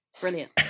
Brilliant